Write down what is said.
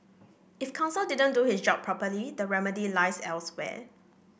if counsel didn't do his job properly the remedy lies elsewhere